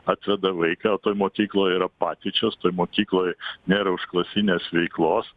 atveda vaiką o toj mokykloj yra patyčios toj mokykloj nėra užklasinės veiklos